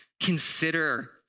consider